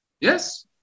Yes